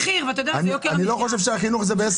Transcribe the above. שאוכל ארוחה ביום בכלים חד-פעמיים מכניס